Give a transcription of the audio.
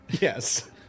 Yes